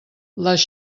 les